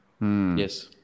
Yes